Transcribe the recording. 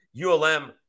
ULM